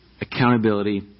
accountability